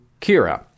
Kira